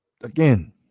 again